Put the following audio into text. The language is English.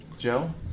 Joe